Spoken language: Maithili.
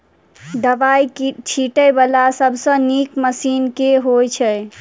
दवाई छीटै वला सबसँ नीक मशीन केँ होइ छै?